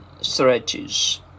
stretches